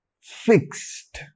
fixed